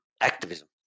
activism